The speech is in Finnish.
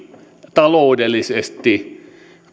taloudellisesti